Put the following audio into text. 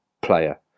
player